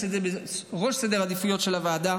את זה לראש סדר העדיפויות של הוועדה.